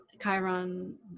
Chiron